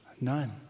none